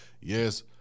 yes